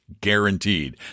guaranteed